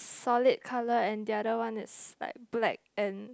solid color and the other one is like black and